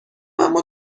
اما